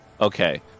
Okay